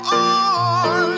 on